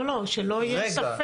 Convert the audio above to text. לא, לא, שלא יהיה ספק.